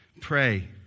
Pray